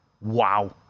Wow